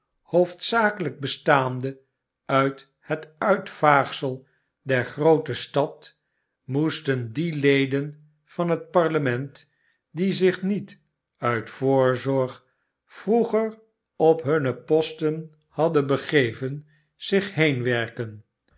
hoofdzakelijk bestaande uit het uitvaagsel der groote stad moesten die leden van het parlement die zich niet uit voorzorg vroeger op hunne posten hadden begeven zichheenwerken